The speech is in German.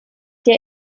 der